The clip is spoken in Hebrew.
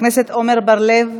חבר הכנסת עמר בר-לב,